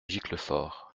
giclefort